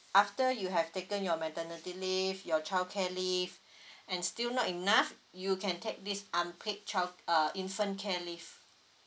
after you have taken your maternity leave your childcare leave and still not enough you can take this unpaid child uh infant care leave